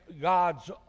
God's